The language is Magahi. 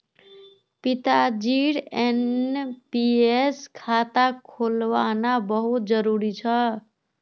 पिताजीर एन.पी.एस खाता खुलवाना बहुत जरूरी छ